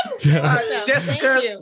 Jessica